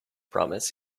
promise